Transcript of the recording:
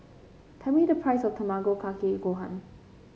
tell me the price of Tamago Kake Gohan